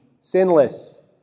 Sinless